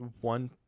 one